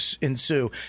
ensue